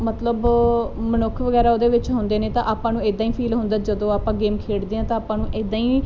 ਮਤਲਬ ਮਨੁੱਖ ਵਗੈਰਾ ਉਹਦੇ ਵਿੱਚ ਹੁੰਦੇ ਨੇ ਤਾਂ ਆਪਾਂ ਨੂੰ ਇੱਦਾਂ ਹੀ ਫੀਲ ਹੁੰਦਾ ਜਦੋਂ ਆਪਾਂ ਗੇਮ ਖੇਡਦੇ ਹਾਂ ਤਾਂ ਆਪਾਂ ਨੂੰ ਇੱਦਾਂ ਹੀ